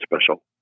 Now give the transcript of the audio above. special